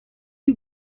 you